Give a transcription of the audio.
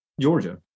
Georgia